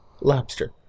lobster